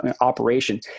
operation